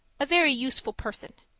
a very useful person.